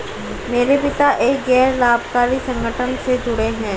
मेरे पिता एक गैर लाभकारी संगठन से जुड़े हैं